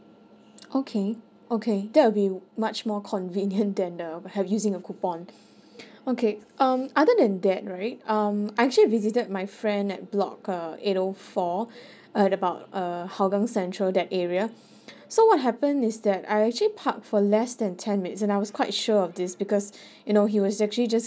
okay okay that will be much more convenient than uh have using a coupon okay um other than that right um I've actually visited my friend at block uh eight O four at about err hougang central that area so what happen is that I actually park for less than ten minutes and I was quite sure of this because you know he was actually just